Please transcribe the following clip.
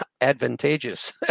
advantageous